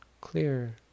clear